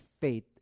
faith